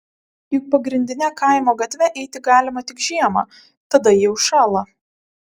juk pagrindine kaimo gatve eiti galima tik žiemą tada ji užšąla